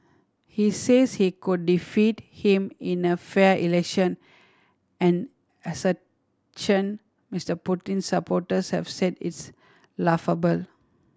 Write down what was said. he says he could defeat him in a fair election an assertion Mister Putin's supporters have said its laughable